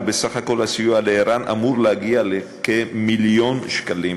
ובסך הכול הסיוע לער"ן אמור להגיע לכמיליון שקלים.